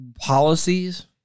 policies